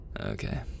Okay